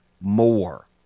more